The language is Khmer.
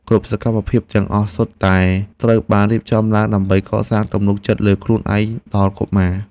គ្រប់សកម្មភាពសិក្សាទាំងអស់សុទ្ធតែត្រូវបានរៀបចំឡើងដើម្បីកសាងទំនុកចិត្តលើខ្លួនឯងដល់កុមារ។